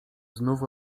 znów